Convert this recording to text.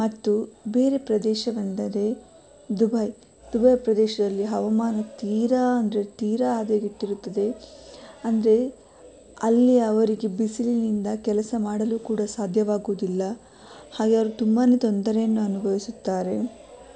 ಮತ್ತು ಬೇರೆ ಪ್ರದೇಶವೆಂದರೆ ದುಬೈ ದುಬೈ ಪ್ರದೇಶದಲ್ಲಿ ಹವಾಮಾನವು ತೀರ ಅಂದ್ರೆ ತೀರ ಹದಗೆಟ್ಟಿರುತ್ತದೆ ಅಂದರೆ ಅಲ್ಲಿ ಅವರಿಗೆ ಬಿಸಿಲಿನಿಂದ ಕೆಲಸ ಮಾಡಲೂ ಕೂಡ ಸಾಧ್ಯವಾಗುದಿಲ್ಲ ಹಾಗೇ ಅವರ ತುಂಬನೇ ತೊಂದರೆಯನ್ನು ಅನುಭವಿಸುತ್ತಾರೆ